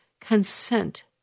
consent